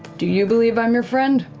do you believe i'm your friend?